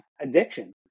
addiction